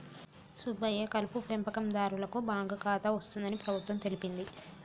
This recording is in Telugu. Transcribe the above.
సుబ్బయ్య కలుపు పెంపకందారులకు బాంకు ఖాతా వస్తుందని ప్రభుత్వం తెలిపింది